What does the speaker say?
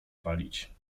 palić